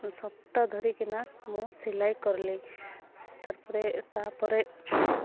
ସପ୍ତାହ ଧରିକିନା ମୁଁ ସିଲେଇ କରଲି ତା'ପରେ ତା'ପରେ